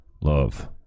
Love